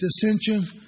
dissension